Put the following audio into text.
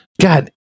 God